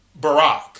Barack